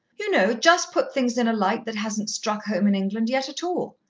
you know, just put things in a light that hasn't struck home in england yet at all.